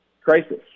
crisis